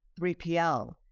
3PL